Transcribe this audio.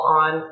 on